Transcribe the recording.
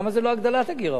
למה זה לא "הגדלת הגירעון"?